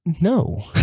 No